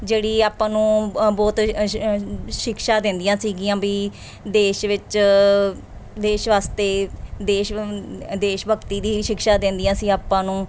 ਜਿਹੜੀ ਆਪਾਂ ਨੂੰ ਅ ਬਹੁਤ ਸ਼ਿਕਸ਼ਾ ਦਿੰਦੀਆਂ ਸੀਗੀਆਂ ਵੀ ਦੇਸ਼ ਵਿੱਚ ਦੇਸ਼ ਵਾਸਤੇ ਦੇਸ਼ ਵ ਦੇਸ਼ ਭਗਤੀ ਦੀ ਸ਼ਿਕਸ਼ਾ ਦਿੰਦੀਆਂ ਸੀ ਆਪਾਂ ਨੂੰ